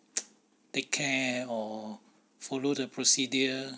take care or follow the procedure